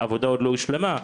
העבודה עוד לא הושלמה.